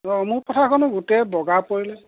অ মোৰ পথাৰখনো গোটেই বগা পৰিলে